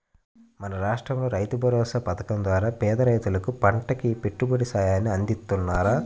మన రాష్టంలో రైతుభరోసా పథకం ద్వారా పేద రైతులకు పంటకి పెట్టుబడి సాయాన్ని అందిత్తన్నారు